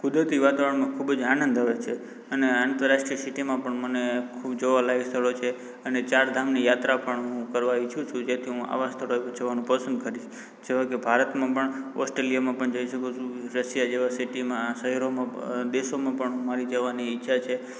કુદરતી વાતાવરણમાં ખૂબ જ આનંદ આવે છે અને આંતરરાષ્ટ્રીય સિટીમાં પણ મને ખૂબ જોવાલાયક સ્થળો છે અને ચારધામની યાત્રા પણ હું કરવા ઈચ્છું છું જેથી હું આવાં સ્થળોએ જવાનું પસંદ કરીશ જેવાં કે ભારતમાં પણ ઓસ્ટ્રેલિયામાં પણ જઈ શકું છું રશિયા જેવાં સિટીમાં શહેરોમાં દેશોમાં પણ મારી જવાની ઈચ્છા છે